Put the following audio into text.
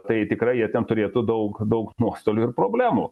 tai tikrai jie ten turėtų daug daug nuostolių ir problemų